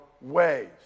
ways